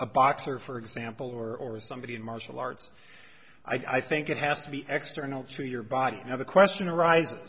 a boxer for example or somebody in martial arts i think it has to be extra nil to your body now the question arises